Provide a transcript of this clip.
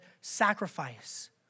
sacrifice